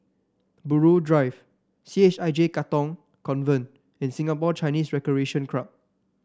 Buroh Drive C H I J Katong Convent and Singapore Chinese Recreation Club